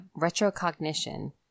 retrocognition